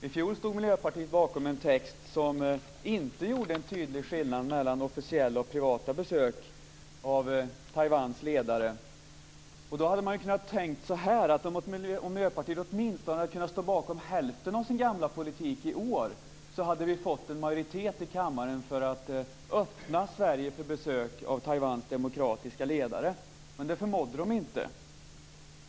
I fjol stod Miljöpartiet bakom en text som inte gjorde en tydlig skillnad mellan officiella och privata besök av Taiwans ledare. Om Miljöpartiet åtminstone hade kunnat stå bakom hälften av sin gamla politik i år så hade vi fått en majoritet i kammaren för att öppna Sverige för besök av Taiwans demokratiska ledare, men det förmådde man inte.